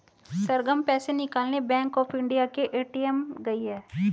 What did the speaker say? सरगम पैसे निकालने bank of India के ए.टी.एम गई है